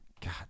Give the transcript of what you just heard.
God